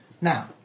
Now